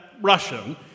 Russian